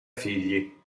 figli